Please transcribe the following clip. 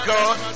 God